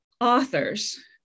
authors